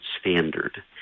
standard